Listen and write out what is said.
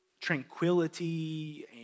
tranquility